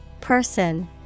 Person